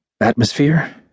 atmosphere